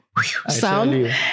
sound